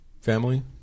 family